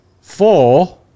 four